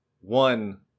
one